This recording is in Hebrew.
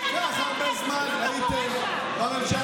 כל כך הרבה זמן הייתם בממשלה,